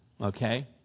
okay